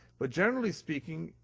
but generally speaking,